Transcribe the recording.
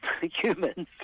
humans